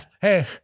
Hey